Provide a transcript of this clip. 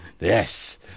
Yes